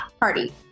party